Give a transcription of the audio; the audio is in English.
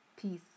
peace